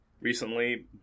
recently